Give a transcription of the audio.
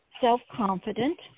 self-confident